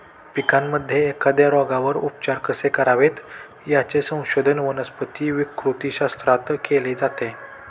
पिकांमध्ये एखाद्या रोगावर उपचार कसे करावेत, याचे संशोधन वनस्पती विकृतीशास्त्रात केले जाते